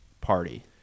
party